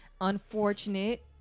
unfortunate